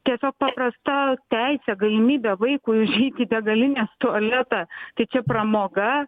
tiesiog paprasta teisė galimybė vaikui užeit į degalinės tualetą tai čia pramoga